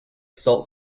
salt